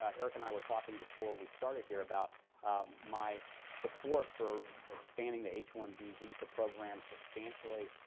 ah eric and i were talking before we started here about my support for expanding the h one b visa program substantially,